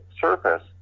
surface